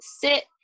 sit